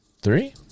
Three